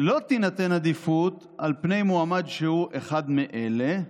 "לא תינתן עדיפות על פני מועמד שהוא אחד מאלה"